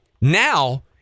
Now